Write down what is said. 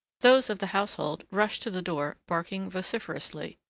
those of the household rushed to the door barking vociferously,